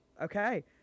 Okay